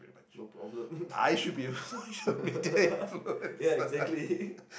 no problem ya exactly